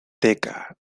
teca